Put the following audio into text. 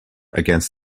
against